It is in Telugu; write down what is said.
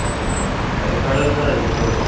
ఓహో అంటే ఎక్కుడ ఉంది సార్ ఇది స్టోరు